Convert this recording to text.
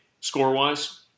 score-wise